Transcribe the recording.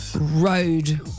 Road